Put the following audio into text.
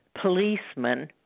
policemen